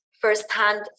firsthand